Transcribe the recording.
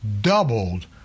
doubled